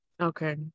Okay